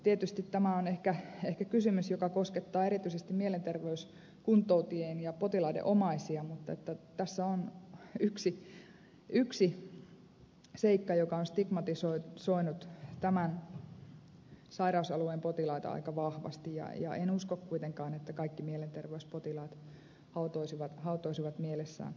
tietysti tämä on ehkä kysymys joka koskettaa erityisesti mielenterveyskuntoutujien ja potilaiden omaisia mutta tässä yksi seikka on stigmatisoinut tämän sairausalueen potilaita aika vahvasti ja en usko kuitenkaan että kaikki mielenterveyspotilaat hautoisivat mielessään joukkosurmia